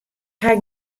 haw